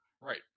Right